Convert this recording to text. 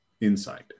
insight